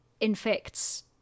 infects